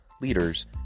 leaders